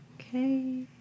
Okay